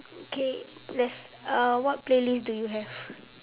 okay let's uh what playlist do you have